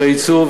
ביצוא,